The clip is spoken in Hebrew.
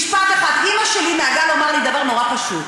משפט אחד, אימא שלי נהגה לומר לי דבר נורא פשוט